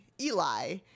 Eli